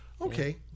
Okay